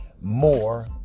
more